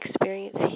Experience